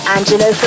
Angelo